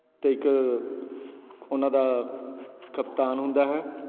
ਅਤੇ ਇੱਕ ਉਹਨਾਂ ਦਾ ਕਪਤਾਨ ਹੁੰਦਾ ਹੈ